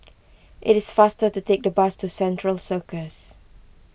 it is faster to take the bus to Central Circus